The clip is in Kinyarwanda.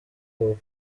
hop